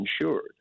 insured